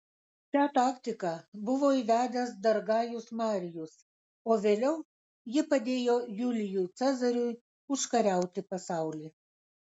šią taktiką buvo įvedęs dar gajus marijus o vėliau ji padėjo julijui cezariui užkariauti pasaulį